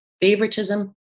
favoritism